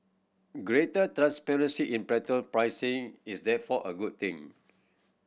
greater transparency in petrol pricing is therefore a good thing